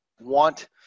Want